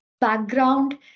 background